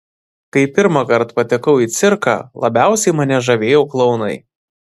kai pirmąkart patekau į cirką labiausiai mane žavėjo klounai